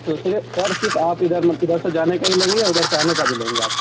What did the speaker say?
تو اس لیے سر صرف آپ ادھر ادھر سے جانے کا ہی لیں گے یا ادھر سے آنے کا بھی لیں گے آپ